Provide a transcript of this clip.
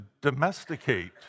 domesticate